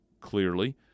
clearly